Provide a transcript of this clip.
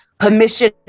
permission